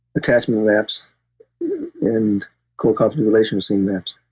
attachment relapse and core confidence relation theme maps.